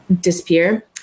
disappear